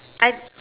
I